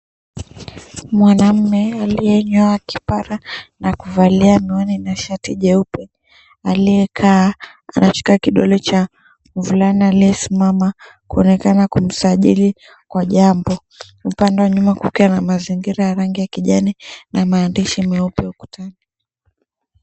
Mwanamme aliyenyoa kipara na kuvalia miwani na shati jeupe aliyekaa anashika kidole cha mvulana aliyesimama kuonekana kumsajili kwa jambo, upande wa nyuma kukiwa na mazingira ya rangi ya kijani na maandishi meupe ukutani.